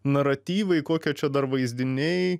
naratyvai kokie čia dar vaizdiniai